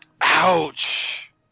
Ouch